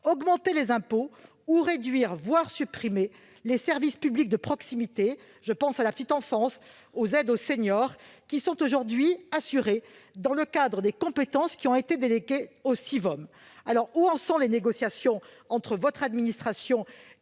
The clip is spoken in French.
augmenter les impôts ou réduire, voire supprimer, les services publics de proximité- je pense à la petite enfance ou aux aides aux seniors -aujourd'hui assurés dans le cadre des compétences déléguées aux Sivom. Où en sont les négociations entre l'administration